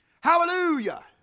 hallelujah